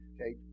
okay